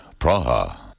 Praha